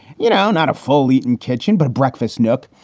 you know, not a fully eaten kitchen, but a breakfast nook.